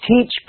teach